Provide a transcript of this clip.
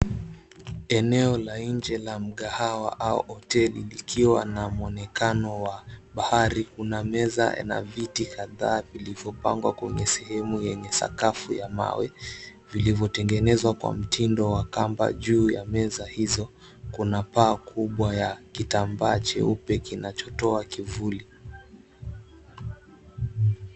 Eneo la nje la mkahawa au hoteli likiwa na muonekano wa bahari kuna meza na viti kadhaa vilivyopangwa kwenye sehemu yenye sakafu ya mawe vilivyotengenezwa kwa mtindo wa kamba juu ya meza hizo kuna paa kubwa ya kitambaa cheupe kinachotoa kivuli.